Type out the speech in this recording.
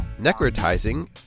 Necrotizing